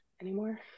anymore